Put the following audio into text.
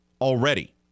already